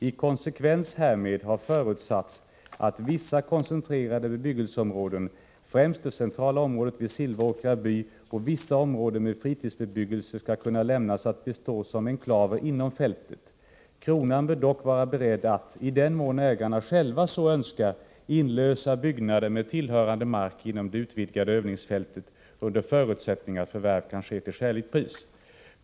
I konsekvens härmed har förutsatts, att vissa koncentrerade bebyggelseområden, främst det centrala området vid Silvåkra by och vissa områden med fritidsbebyggelse, skall kunna lämnas att bestå såsom enklaver inom fältet. Kronan bör dock vara beredd att — i den mån ägarna själva så önskar — inlösa byggnader med tillhörande mark inom det utvidgade övningsfältet under förutsättning att förvärv kan ske till skäligt pris.